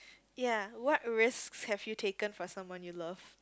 ya what risks have you taken for someone you love